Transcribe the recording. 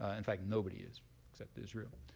ah in fact, nobody is except israel.